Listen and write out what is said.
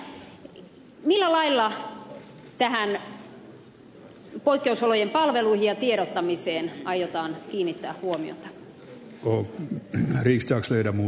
millä lailla poikkeusolojen palveluihin ja tiedottamiseen aiotaan kiinnittää huomiota